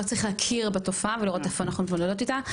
רק צריך להכיר בתופעה ולראות איפה אנחנו מתמודדות איתה.